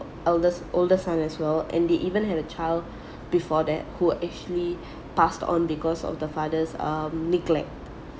eldest oldest son as well and they even had a child before that who actually passed on because of the father's um neglect